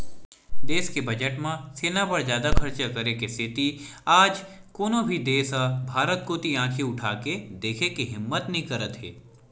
देस के बजट म सेना बर जादा खरचा करे के सेती आज कोनो भी देस ह भारत कोती आंखी उठाके देखे के हिम्मत नइ करत हे